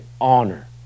honor